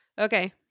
Okay